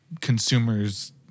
consumer's